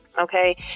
Okay